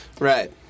Right